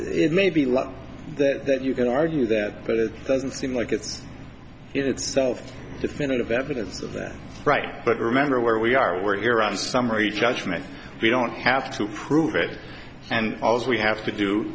it may be less that you can argue that but it doesn't seem like it's itself definitive evidence of that right but remember where we are where iran summary judgment we don't have to prove it and also we have to do